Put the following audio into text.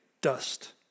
dust